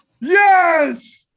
yes